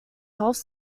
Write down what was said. health